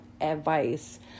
advice